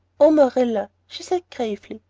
oh, marilla, she said gravely.